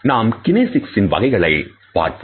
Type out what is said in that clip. நாம் கினேசிக்ஸ்ன் வகைகளைப் பார்ப்போம்